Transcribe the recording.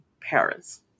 Paris